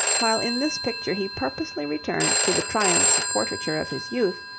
while in this picture he purposely returned to the triumphs of portraiture of his youth,